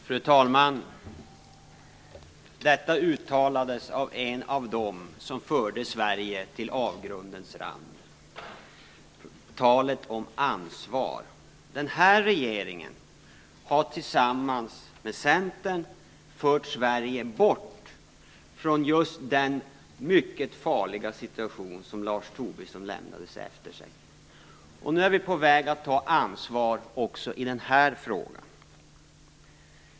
Fru talman! Detta uttalades av en av dem som förde Sverige till avgrundens rand. Låt mig beträffande talet om ansvar säga: Den här regeringen har tillsammans med Centern fört Sverige bort från just den mycket farliga situation som bl.a. Lars Tobisson lämnade efter sig. Vi är nu på väg att ta ansvar också i den här frågan.